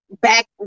back